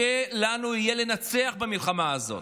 יהיה לנו קשה לנצח במלחמה הזאת.